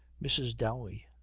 mrs. dowey.